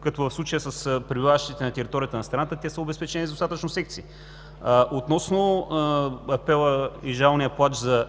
като в случая с пребиваващите на територията на страната. Те са обезпечени с достатъчно секции. Относно апела и жалния плач за